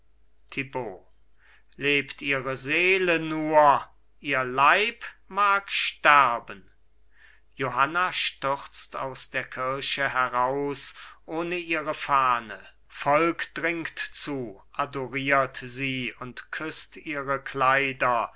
lebt ihre seele nur ihr leib mag sterben johanna stürzt aus der kirche heraus ohne ihre fahne volk dringt zu ihr adoriert sie und küßt ihre kleider